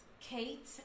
Kate